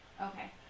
Okay